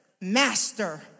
Master